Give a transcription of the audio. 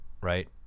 Right